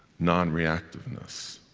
non-reactiveness,